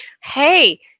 Hey